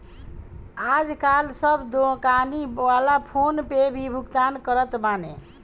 आजकाल सब दोकानी वाला फ़ोन पे से भुगतान करत बाने